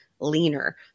leaner